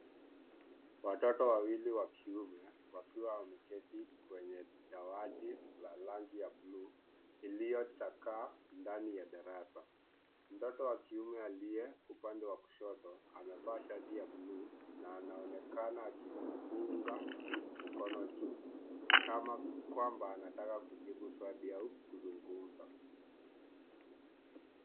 Watoto wawili wa kiume wakiwa wameketi kwenye dawati la rangi ya bluu iliyochakaa ndani ya darasa. Mtoto wa kiume aliye upande wa kushoto amevaa shati ya bluu na anaonekana akipunga mkono juu kama kwamba anataka kujibu swali au kuzungumza.